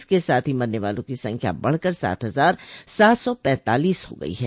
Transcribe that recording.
इसके साथ ही मरने वालों की संख्या बढ़ कर सात हजार सात सौ पैंतालीस हो गई है